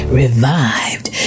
revived